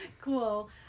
Cool